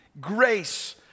grace